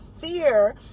fear